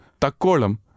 Takkolam